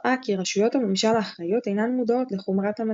וקבעה כי "רשויות הממשל האחראיות אינן מודעות לחומרת המצב.